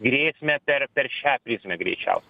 grėsmę per per šią prizmę greičiaus